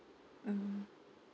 mm